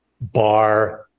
bar